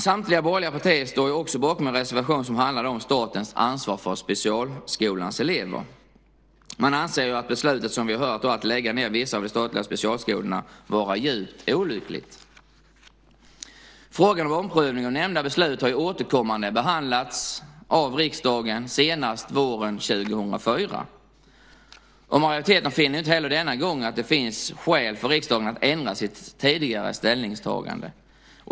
Samtliga borgerliga partier står också bakom en reservation som handlar om statens ansvar för specialskolans elever. Som vi har hört anser man att beslutet att lägga ned vissa av de statliga specialskolorna var djupt olyckligt. Frågan om omprövning av nämnda beslut har återkommande behandlats av riksdagen, senast våren 2004. Majoriteten finner inte heller denna gång att det finns skäl för riksdagen att ändra sitt tidigare ställningstagande.